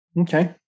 Okay